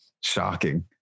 shocking